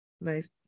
nice